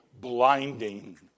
blinding